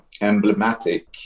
emblematic